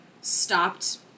stopped